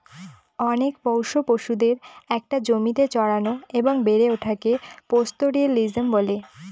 অনেক পোষ্য পশুদের একটা জমিতে চড়ানো এবং বেড়ে ওঠাকে পাস্তোরেলিজম বলে